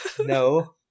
No